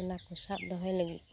ᱚᱱᱟᱠᱚ ᱥᱟᱵ ᱫᱚᱦᱚᱭ ᱞᱟᱹᱜᱤᱫ